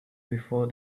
before